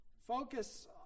Focus